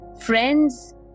friends